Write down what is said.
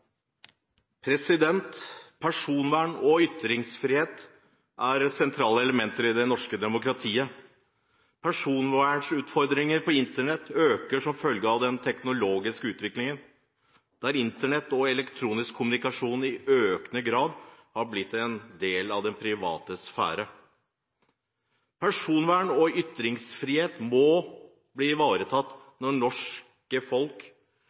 riktige. Personvern og ytringsfrihet er sentrale elementer i det norske demokratiet. Personvernutfordringene på Internett øker som følge av den teknologiske utviklingen, der Internett og elektronisk kommunikasjon i økende grad har blitt en del av den private sfære. Personvern og ytringsfrihet må bli ivaretatt når det norske folk